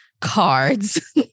cards